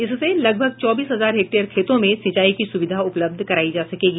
इससे लगभग चौबीस हजार हेक्टेयर खेतों में सिंचाई की सुविधा उपलब्ध करायी जा सकेगी